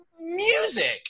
music